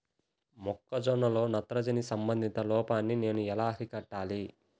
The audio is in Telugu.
మొక్క జొన్నలో నత్రజని సంబంధిత లోపాన్ని నేను ఎలా అరికట్టాలి?